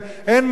אין תלמיד,